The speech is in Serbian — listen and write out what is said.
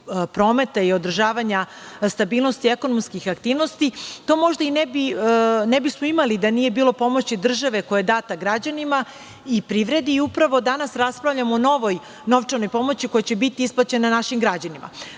prometa i održavanja stabilnosti ekonomskih aktivnosti. To možda i ne bismo imali da nije bilo pomoći države koja je data građanima i privredi. Upravo danas raspravljamo o novoj novčanoj pomoći koja će biti isplaćena našim građanima. Želim